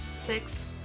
Six